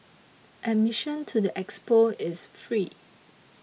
admission to the expo is free